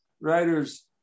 writers